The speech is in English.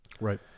Right